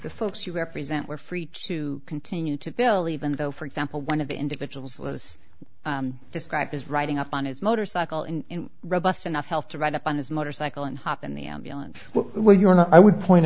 the folks you represent were free to continue to believe in though for example one of the individuals was described as writing up on his motorcycle in robust enough health to write up on his motorcycle and hop in the ambulance while you were not i would point